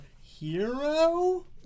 hero